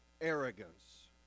arrogance